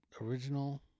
original